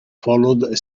followed